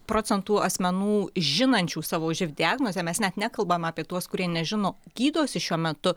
procentų asmenų žinančių savo živ diagnozę mes net nekalbame apie tuos kurie nežino gydosi šiuo metu